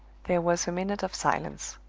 there was a minute of silence.